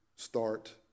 start